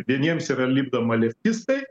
vieniems yra lipdoma leftistai